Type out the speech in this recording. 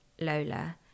Lola